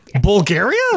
Bulgaria